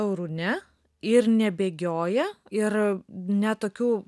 eurų ne ir nebėgioja ir ne tokių